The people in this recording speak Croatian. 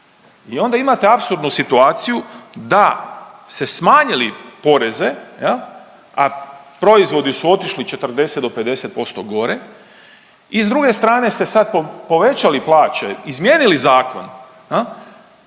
I onda imate apsurdnu situaciju da ste smanjili poreze, je li, a proizvodi su otišli 40 do 50% gore i s druge strane ste sad povećali plaće, izmijenili zakon